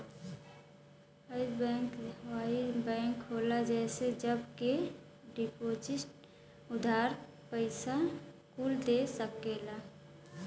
वाणिज्य बैंक ऊ बैंक होला जे सब के डिपोसिट, उधार, पइसा कुल दे सकेला